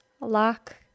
lock